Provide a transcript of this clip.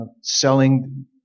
selling